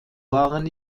waren